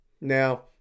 Now